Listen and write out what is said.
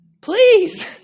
please